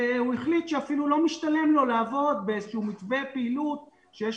החליט שלא משתלם לו לעבוד באיזה שהוא מתווה פעילות שיש